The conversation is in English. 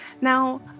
Now